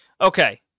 Okay